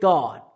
God